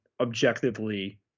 objectively